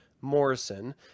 Morrison